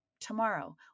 tomorrow